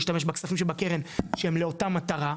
להשתמש בכספים של הקרן שהם לאותה מטרה,